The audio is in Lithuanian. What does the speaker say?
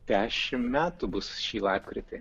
dešimt metų bus šį lapkritį